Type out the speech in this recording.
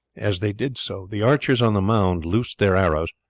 as they did so the archers on the mound loosed their arrows,